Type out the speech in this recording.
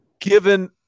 given